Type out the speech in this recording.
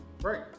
Right